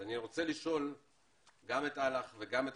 אני רוצה לשאול גם את אל"ח וגם את